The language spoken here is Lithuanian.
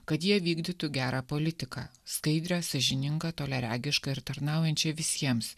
kad jie vykdytų gerą politiką skaidrią sąžiningą toliaregišką ir tarnaujančią visiems